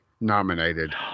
Nominated